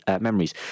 memories